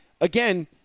again